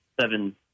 seven